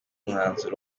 umwanzuro